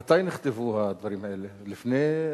אדוני סגן השר, מתי נכתבו הדברים האלה, לפני